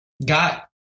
Got